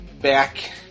back